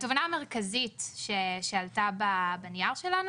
התובנה המרכזית שעלתה בנייר שלנו,